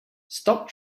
stop